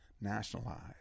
nationalized